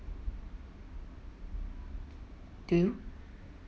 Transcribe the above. do you